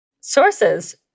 sources